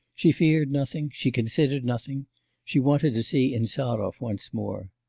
she feared nothing, she considered nothing she wanted to see insarov once more.